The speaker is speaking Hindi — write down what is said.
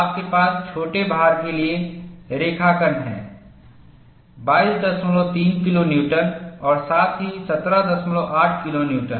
आपके पास छोटे भार के लिए रेखांकन हैं 223 किलो न्यूटन और साथ ही 178 किलो न्यूटन